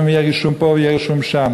גם אם יהיה רישום פה או יהיה רישום שם.